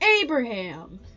Abraham